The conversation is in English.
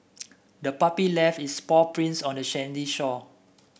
the puppy left its paw prints on the sandy shore